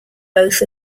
both